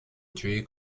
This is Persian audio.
جویی